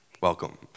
welcome